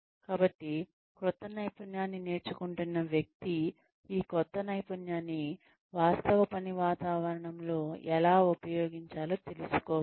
కాబట్టి క్రొత్త నైపుణ్యాన్ని నేర్చుకుంటున్న వ్యక్తి ఈ కొత్త నైపుణ్యాన్ని వాస్తవ పని వాతావరణంలో ఎలా ఉపయోగించాలో తెలుసుకోవాలి